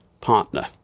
partner